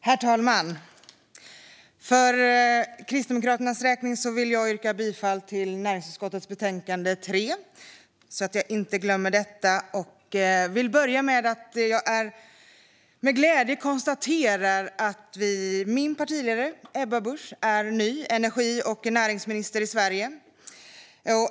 Herr talman! För Kristdemokraternas räkning vill jag yrka bifall till näringsutskottets förslag i betänkande NU3. Jag kan börja med att konstatera, med glädje, att min partiledare Ebba Busch är ny energi och näringsminister i Sverige.